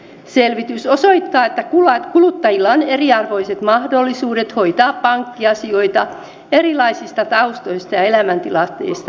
selvitys osoittaa että kuluttajilla on eriarvoiset mahdollisuudet hoitaa pankkiasioita erilaisista taustoista ja elämäntilanteesta johtuen